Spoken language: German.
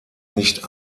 nicht